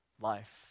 life